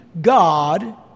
God